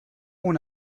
ohne